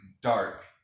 dark